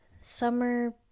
summer